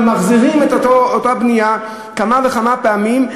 ממחזרים את אותה בנייה כמה וכמה פעמים.